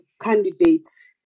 candidates